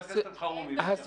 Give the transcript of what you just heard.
חבר הכנסת אלחרומי, בבקשה.